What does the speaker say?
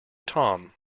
tom